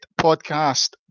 podcast